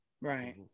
Right